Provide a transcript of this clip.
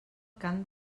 cant